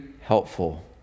helpful